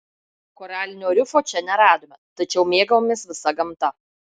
koralinio rifo čia neradome tačiau mėgavomės visa gamta